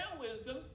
wisdom